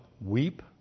weep